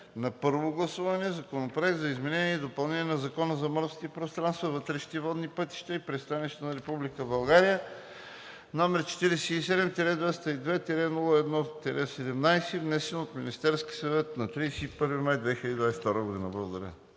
на първо гласуване Законопроект за изменение и допълнение на Закона за морските пространства, вътрешните водни пътища и пристанищата на Република България, № 47-202-01-17, внесен от Министерския съвет на 31 май 2022 г.“ Благодаря.